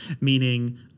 meaning